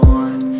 one